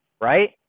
right